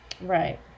Right